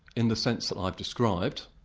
in the sense that i've described,